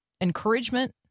encouragement